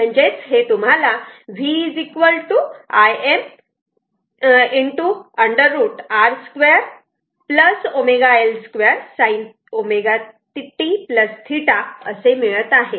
म्हणजेच हे तुम्हाला v Im √ R 2 ω L 2 sin ω t θ असे मिळत आहे